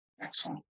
Excellent